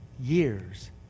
years